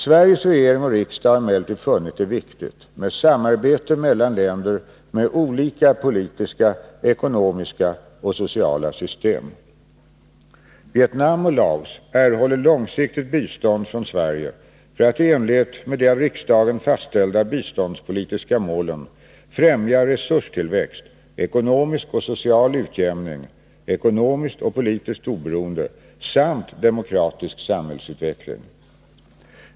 Sveriges regering och riksdag har emellertid funnit det viktigt med samarbete mellan länder med olika politiska, ekonomiska och sociala system. Vietnam och Laos erhåller långsiktigt bistånd från Sverige för att i enlighet med de av riksdagen fastställda biståndspolitiska målen främja resurstillväxt, ekonomisk och social utjämning, ekonomiskt och politiskt oberoende samt demokratisk samhällsutveckling.